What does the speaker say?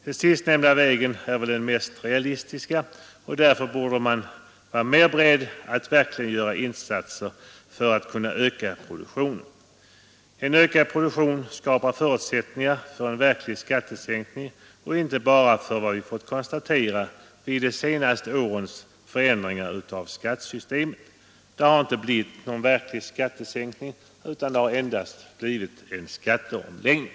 Den sistnämnda vägen är väl den mest realistiska, kunna öka produktionen. En ökad produktion skapar förutsättningar för en verklig skattesänkning och inte bara för vad vi fått konstatera vid de senaste årens förändringar av skattesystemet, det har inte blivit någon skattesänkning utan endast en skatteomläggning.